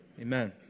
Amen